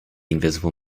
invisible